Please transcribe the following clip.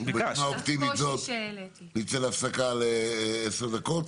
בנימה אופטימית זאת נצא להפסקה ל-10 דקות.